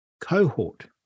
cohort